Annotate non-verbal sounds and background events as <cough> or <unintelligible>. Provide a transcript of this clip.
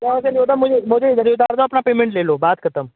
यहाँ से <unintelligible> मुझे मुझे इधर ही उतार दो अपना पेमेंट ले लो बात ख़त्म